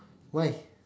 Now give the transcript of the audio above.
why